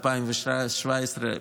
ב-2017,